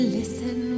listen